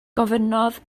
gofynnodd